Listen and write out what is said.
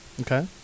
Okay